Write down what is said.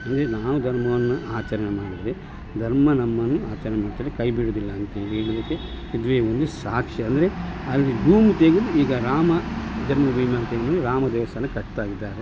ಅಂದರೆ ನಾವು ಧರ್ಮವನ್ನು ಆಚರಣೆ ಮಾಡಿದರೆ ಧರ್ಮ ನಮ್ಮನ್ನು ಆಚರಣೆ ಮಾಡ್ತದೆ ಕೈ ಬಿಡುವುದಿಲ್ಲ ಅಂತ್ ಹೇಳಿ ಹೇಳುವುದಕ್ಕೆ ಇದುವೇ ಒಂದು ಸಾಕ್ಷಿ ಅಂದರೆ ಅಲ್ಲಿ ಡೂಮು ತೆಗೆದು ಈಗ ರಾಮ ಜನ್ಮಭೂಮಿ ಅಂತಂದು ರಾಮ ದೇವಸ್ಥಾನ ಕಟ್ತಾ ಇದ್ದಾರೆ